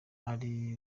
ari